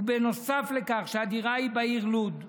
ובנוסף לכך שהדירה היא בעיר לוד,